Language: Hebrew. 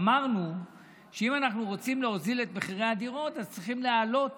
אמרנו שאם אנחנו רוצים להוריד את מחירי הדירות אז צריכים לעלות